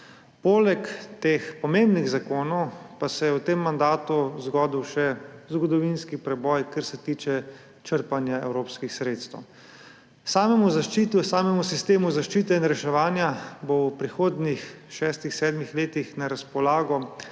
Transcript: Poleg teh pomembnih zakonov se je v tem mandatu zgodil še zgodovinski preboj, kar se tiče črpanja evropskih sredstev. K samemu sistemu zaščite in reševanja bo v prihodnjih šestih, sedmih letih na razpolago